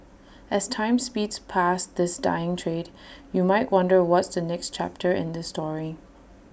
as time speeds past this dying trade you might wonder what's the next chapter in this story